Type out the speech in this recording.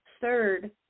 third